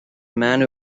man